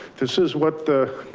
this is what the